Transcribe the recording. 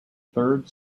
third